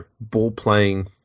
ball-playing